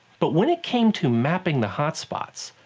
but when it came to mapping the hotspots,